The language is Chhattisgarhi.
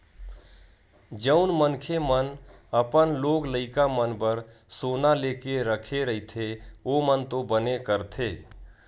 जउन मनखे मन अपन लोग लइका मन बर सोना लेके रखे रहिथे ओमन तो बने करथे